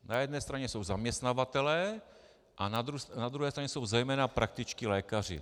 Na jedné straně jsou zaměstnavatelé a na druhé straně jsou zejména praktičtí lékaři.